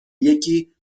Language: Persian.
یکی